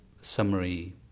summary